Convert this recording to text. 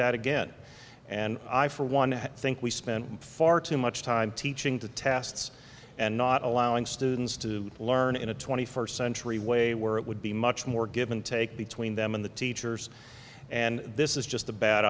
that again and i for one think we spend far too much time teaching to tests and not allowing students to learn in a twenty first century way where it would be much more give and take between them and the teachers and this is just a bad